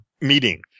meeting